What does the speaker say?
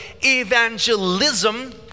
evangelism